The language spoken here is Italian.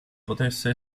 potesse